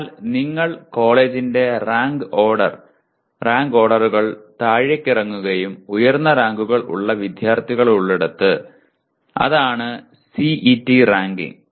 എന്നാൽ നിങ്ങൾ കോളേജിന്റെ റാങ്ക് ഓർഡർ റാങ്ക് ഓർഡറുകൾ താഴേക്കിറങ്ങുകയും ഉയർന്ന റാങ്കുകൾ ഉള്ള വിദ്യാർത്ഥികളുള്ളിടത്ത് അതാണ് സിഇടി റാങ്കിംഗ്